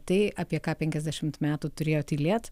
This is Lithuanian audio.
tai apie ką penkiasdešimt metų turėjo tylėt